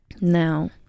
now